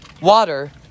water